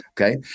Okay